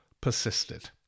persisted